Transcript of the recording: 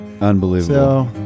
Unbelievable